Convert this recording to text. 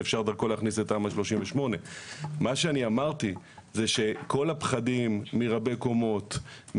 שאפשר דרכו להכניס את תמ"א 38. מה שאני אמרתי זה שכל הפחדים מרבי קומות,